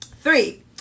Three